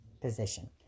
position